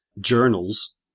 journals